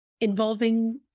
involving